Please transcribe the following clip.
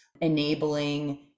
enabling